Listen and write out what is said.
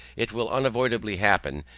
it will unavoidably happen,